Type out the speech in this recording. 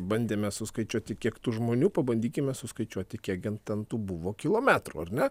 bandėme suskaičiuoti kiek tų žmonių pabandykime suskaičiuoti kiek gen ten tų buvo kilometrų ar ne